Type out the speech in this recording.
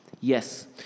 Yes